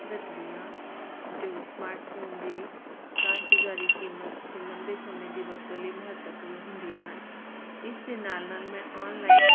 ਰੱਖਦੀ ਹਾਂ ਜੋ ਸਮਾਰਟਫੋਨ ਦੀ ਕਾਰਗੁਜ਼ਾਰੀ ਕੀਮਤ ਅਤੇ ਲੰਬੇ ਸਮੇਂ ਦੀ ਵਰਤੋਂ ਲਈ ਮਹੱਤਵਪੂਰਨ ਹੁੰਦੀਆਂ ਹਨ ਇਸ ਦੇ ਨਾਲ ਨਾਲ ਮੈਂ ਆਨਲਾਈਨ